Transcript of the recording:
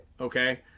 Okay